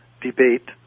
debate